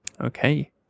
Okay